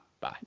Bye